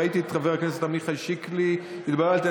ראיתי את חבר הכנסת עמיחי שיקלי, התבלבלתי.